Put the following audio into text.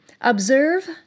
Observe